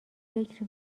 فکر